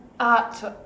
arts what